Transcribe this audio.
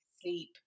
sleep